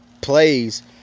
plays